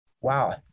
Wow